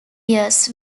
years